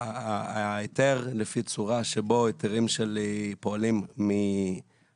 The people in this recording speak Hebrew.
ההיתר לפי הצורה שבו ההיתרים שלי פועלים מאיו"ש